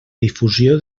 difusió